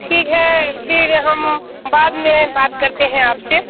ठीक है फिर हम बाद में बात करते हैं आप से